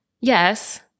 yes